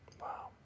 Wow